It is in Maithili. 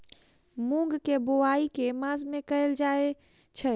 मूँग केँ बोवाई केँ मास मे कैल जाएँ छैय?